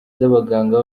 z’abaganga